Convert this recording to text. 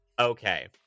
Okay